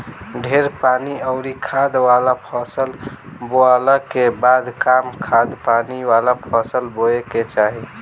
ढेर पानी अउरी खाद वाला फसल बोअला के बाद कम खाद पानी वाला फसल बोए के चाही